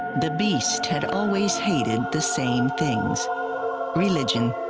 the beast had always hated the same things religion,